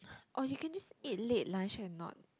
orh you can just ate late lunch or not